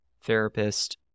therapist